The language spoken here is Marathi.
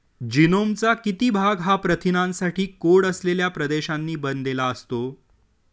जीनोमचा किती भाग हा प्रथिनांसाठी कोड असलेल्या प्रदेशांनी बनलेला असतो?